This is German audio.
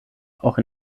auch